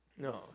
No